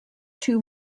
two